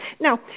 Now